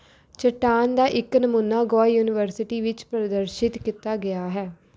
ਚਟਾਨ ਦਾ ਇੱਕ ਨਮੂਨਾ ਗੋਆ ਯੂਨੀਵਰਸਿਟੀ ਵਿੱਚ ਪ੍ਰਦਰਸ਼ਿਤ ਕੀਤਾ ਗਿਆ ਹੈ